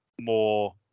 more